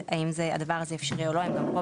הבנקאית כן זקוקים, זה לא יכול להיות מידי.